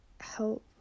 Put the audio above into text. help